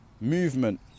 Movement